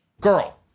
Girl